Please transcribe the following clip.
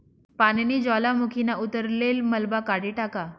पानीनी ज्वालामुखीना उतरलेल मलबा काढी टाका